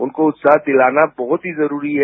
उनको उत्साह दिलाना बहुत ही जरूरी है